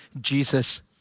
Jesus